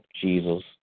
Jesus